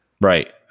Right